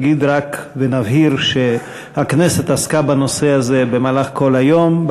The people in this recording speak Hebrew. נגיד רק ונבהיר שהכנסת עסקה בנושא הזה במהלך כל היום.